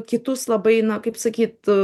kitus labai na kaip sakyt